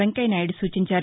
వెంక్య నాయుడు సూచించారు